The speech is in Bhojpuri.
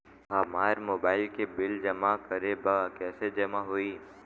हमार मोबाइल के बिल जमा करे बा कैसे जमा होई?